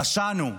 פשענו.